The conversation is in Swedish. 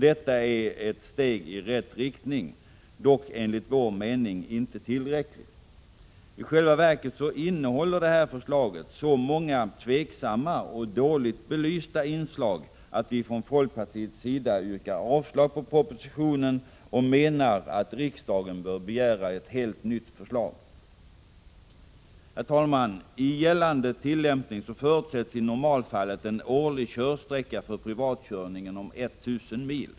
Detta var ett steg i rätt riktning, dock enligt vår mening inte tillräckligt. I själva verket innehåller detta förslag så många tveksamma och dåligt belysta inslag, att vi från folkpartiets sida yrkar avslag på propositionen och menar att riksdagen bör begära ett helt nytt förslag. I gällande tillämpning förutsätts i normalfallet en årlig körsträcka för privatkörningen om 1 000 mil.